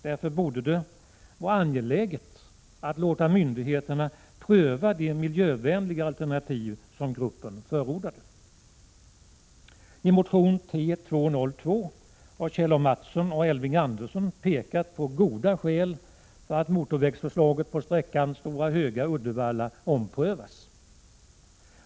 Därför borde det vara angeläget att låta myndigheterna pröva det miljövänligare alternativ som gruppen förordade. I motion T202 pekar Kjell A. Mattson och Elving Andersson på de goda skäl som föreligger för att motorvägsförslaget på sträckan Stora Höga-Uddevalla omprövas.